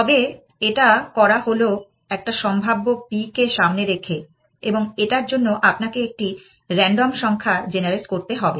তবে এটা করা হল একটা সম্ভাব্য p কে সামনে রেখে এবং এটার জন্য আপনাকে একটি রান্ডম সংখ্যা জেনারেট করতে হবে